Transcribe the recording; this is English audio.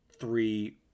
three